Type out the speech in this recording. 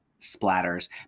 splatters